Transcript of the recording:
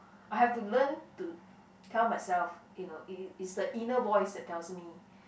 I have to learn to tell myself you know it it's the inner voice that tells me